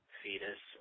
fetus